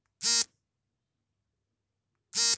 ಖಾರಿಫ್ ಬೆಳೆಗಳು ಯಾವುವು?